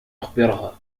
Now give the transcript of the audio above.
أخبرها